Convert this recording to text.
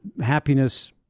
happiness